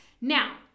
Now